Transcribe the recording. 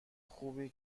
خوبی